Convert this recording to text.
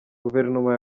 guverinoma